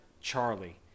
Charlie